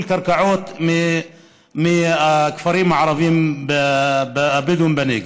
קרקעות בכפרים הערביים הבדואיים בנגב.